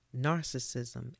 Narcissism